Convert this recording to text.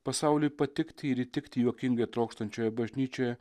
pasauliui patikti ir įtikti juokingai trokštančioje bažnyčioje